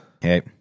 Hey